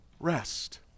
rest